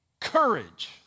courage